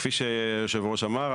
כפי שהיושב-ראש אמר,